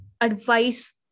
advice